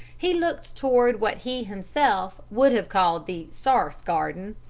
he looked toward what he himself would have called the sarce garden,